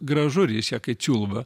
gražu reišia kai čiulba